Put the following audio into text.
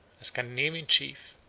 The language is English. a scandinavian chief,